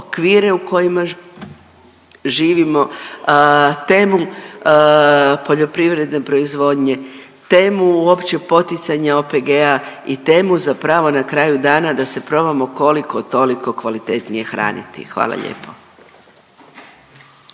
okvire u kojima živimo, temu poljoprivredne proizvodnje, temu uopće poticanja OPG-a i temu, zapravo, na kraju dana, da se probamo koliko-toliko kvalitetnije hraniti. Hvala lijepo.